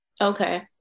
okay